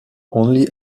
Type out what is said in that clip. only